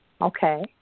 Okay